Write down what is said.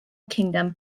kingdom